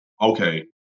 okay